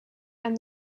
and